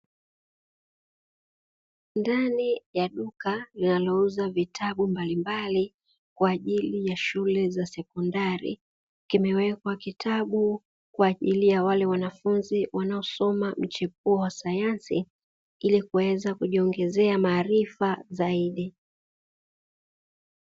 Ndani ya duka linalouza vitabu mbalimbali kwa ajili ya shule za sekondari, kimewekwa kitabu kwa ajili ya wale wanafunzi wanaosoma mchepua wa sayansi ili kuweza kujiongezea maarifa zaidi.